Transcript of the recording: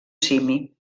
simi